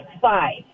five